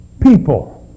people